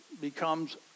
becomes